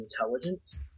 intelligence